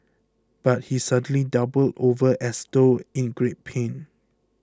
but he suddenly doubled over as though in great pain